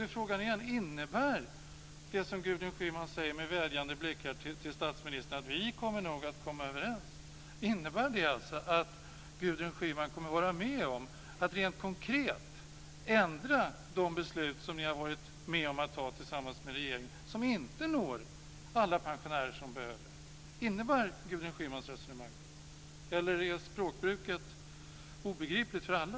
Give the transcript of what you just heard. Då är frågan igen: När Gudrun Schyman med vädjande blickar till statsministern säger att vi nog kommer att komma överens, innebär det alltså att Gudrun Schyman kommer att vara med om att rent konkret ändra de beslut som ni har varit med och fattat tillsammans med regeringen och som inte når alla pensionärer som behöver? Innebär Gudrun Schymans resonemang detta, eller är språkbruket obegripligt för alla?